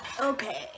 Okay